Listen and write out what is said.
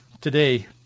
today